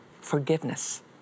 forgiveness